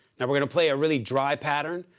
and we're going to play a really dry pattern,